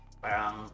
parang